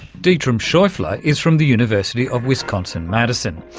dietram scheufele ah is from the university of wisconsin, madison.